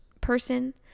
person